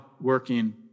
working